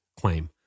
claim